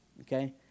Okay